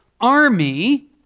army